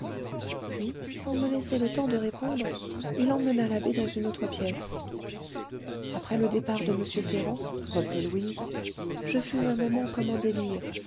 puis sans me laisser le temps de répondre il emmena l'abbé dans une autre pièce après le départ de m ferrand reprit louise je fus un moment comme en délire